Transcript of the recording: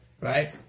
right